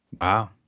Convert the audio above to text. Wow